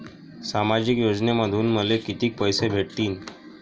सामाजिक योजनेमंधून मले कितीक पैसे भेटतीनं?